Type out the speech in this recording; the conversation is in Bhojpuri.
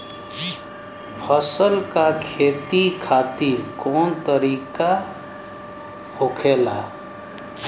फसल का खेती खातिर कवन तरीका होखेला?